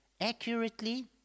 accurately